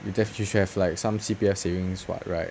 you def~ she should have like some C_P_F savings [what] right